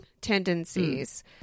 tendencies